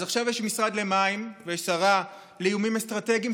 אז עכשיו יש משרד למים ושרה לאיומים אסטרטגיים,